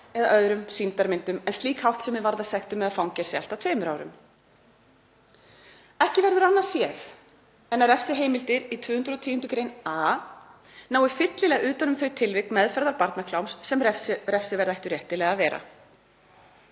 eða öðrum sýndarmyndum, en slík háttsemi varðar sektum eða fangelsi allt að tveimur árum. Ekki verður annað séð en að refsiheimildir í 210. gr. a nái fyllilega utan um öll þau tilvik meðferðar barnakláms sem refsiverð ættu réttilega að vera.